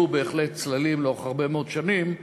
והיו בהחלט צללים לאורך הרבה מאוד שנים,